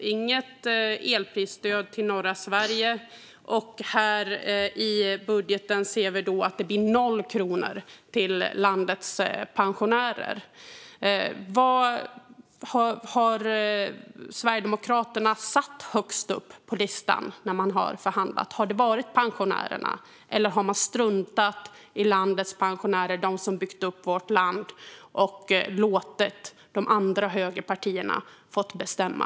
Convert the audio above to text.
Det har inte blivit något elprisstöd till norra Sverige. I budgeten ser vi att det blir noll kronor till landets pensionärer. Vad har Sverigedemokraterna satt högst upp på listan när man har förhandlat? Har det varit pensionärerna, eller har man struntat i landets pensionärer, som har byggt upp vårt land, och låtit de andra högerpartierna få bestämma?